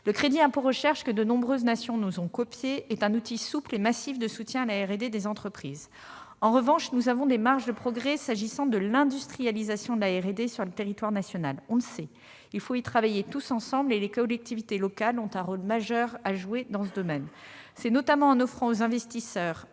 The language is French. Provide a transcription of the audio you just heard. Le crédit d'impôt recherche, que de nombreuses nations ont copié, est un outil souple et massif de soutien à la R&D des entreprises. En revanche, nous avons des marges de progrès s'agissant de l'industrialisation de la R&D sur le territoire national. Il faut y travailler tous ensemble. Les collectivités locales ont un rôle majeur à jouer en la matière. C'est notamment en offrant aux investisseurs